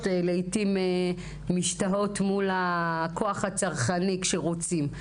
לעיתים משתאות מול הכוח הצרכני כשרוצים.